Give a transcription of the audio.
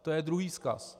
To je druhý vzkaz.